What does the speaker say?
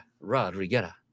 Rodriguez